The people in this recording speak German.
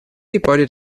gebäude